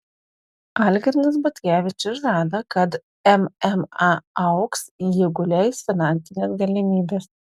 algirdas butkevičius žada kad mma augs jeigu leis finansinės galimybės